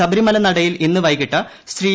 ശബരിമല നടയിൽ ഇന്ന് വൈകിട്ട് ശ്രീ